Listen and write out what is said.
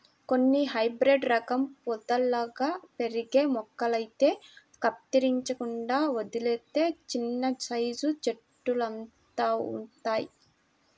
కొన్ని హైబ్రేడు రకం పొదల్లాగా పెరిగే మొక్కలైతే కత్తిరించకుండా వదిలేత్తే చిన్నసైజు చెట్టులంతవుతయ్